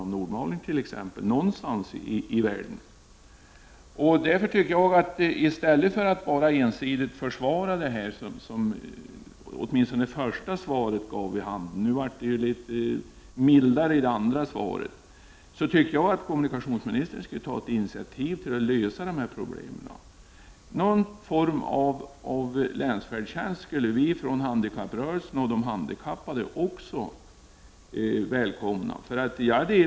I stället för att bara försvara de rådande förhållandena, som jag tyckte att kommunikationsministern gjorde åtminstone i det första svaret — det blev något mer nyanserat i statsrådets andra inlägg — tycker jag att kommunikationsministern borde ta ett initiativ för att lösa dessa problem. Vi i handikapprörelsen och de handikappade skulle välkomna någon form av länsfärdtjänst.